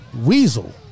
weasel